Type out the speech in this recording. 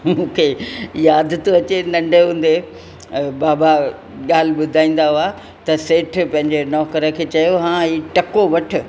मूंखे यादि थो अचे नंढे हूंदे बाबा ॻाल्हि ॿुधाईंदा हुआ त सेठ पेंजे नौकर खे चयो हां ही टको वठ